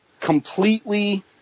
completely